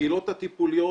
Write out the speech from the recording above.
הקהילות הטיפוליות,